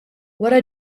wara